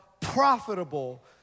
profitable